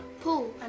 Pool